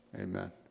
Amen